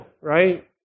right